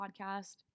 podcast